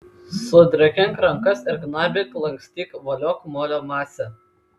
sudrėkink rankas ir gnaibyk lankstyk voliok molio masę